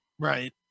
Right